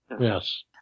Yes